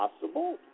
possible